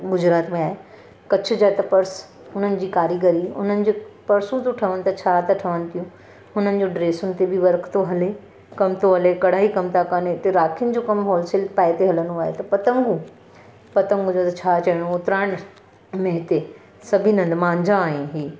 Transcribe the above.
गुजरात में आहे कच्छ जा त पर्स हुननि जी कारीगरी हुननि जी पर्सूं थी ठहनि त छा त ठहनि थियूं हुननि जे ड्रेसुनि ते बि वर्क थो हले कम थो हले कढ़ाई कम था कनि हिते राखीनि जो कमु होलसेल पाए ते हलंदो आहे त पतंगूं पतंगनि जो त छा चइणो उतराण में हिते सभिनि हंधु मांजा आहिनि इहे